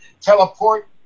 teleport